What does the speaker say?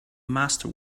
master